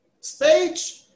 stage